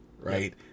right